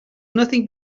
nothing